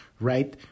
right